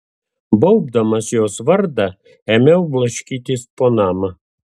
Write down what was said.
baubdamas jos vardą ėmiau blaškytis po namą